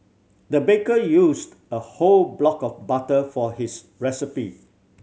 the baker used a whole block of butter for his recipe